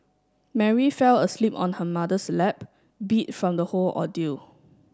Mary fell asleep on her mother's lap beat from the whole ordeal